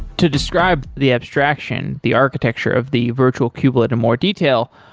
to describe the abstraction, the architecture of the virtual kubelet in more detail,